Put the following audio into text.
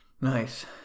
Nice